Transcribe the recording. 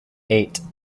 eight